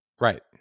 Right